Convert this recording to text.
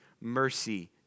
mercy